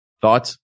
Thoughts